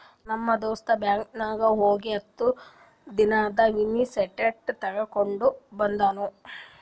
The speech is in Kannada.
ನಮ್ ದೋಸ್ತ ಬ್ಯಾಂಕ್ ನಾಗ್ ಹೋಗಿ ಹತ್ತ ದಿನಾದು ಮಿನಿ ಸ್ಟೇಟ್ಮೆಂಟ್ ತೇಕೊಂಡ ಬಂದುನು